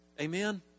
Amen